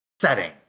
setting